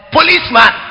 Policeman